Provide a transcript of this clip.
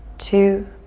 two,